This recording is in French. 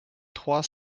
trois